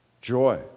Joy